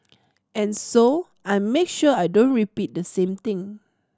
and so I make sure I don't repeat the same thing